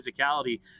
physicality